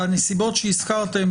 בנסיבות שהזכרתם,